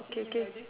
okay okay